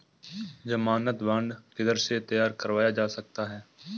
ज़मानत बॉन्ड किधर से तैयार करवाया जा सकता है?